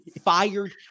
fired